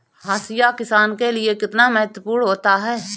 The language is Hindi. हाशिया किसान के लिए कितना महत्वपूर्ण होता है?